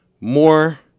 more